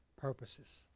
purposes